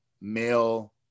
male